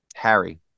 Harry